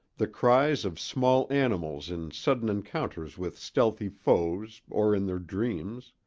the cries of small animals in sudden encounters with stealthy foes or in their dreams,